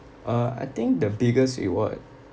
uh I think the biggest reward